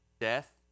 death